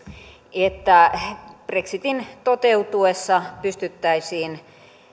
että brexitin toteutuessa pystyttäisiin